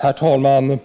Herr talman!